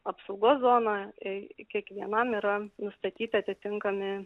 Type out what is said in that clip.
apsaugos zoną e kiekvienam yra nustatyti atitinkami